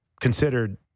considered